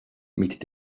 mit